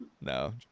No